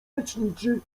leczniczy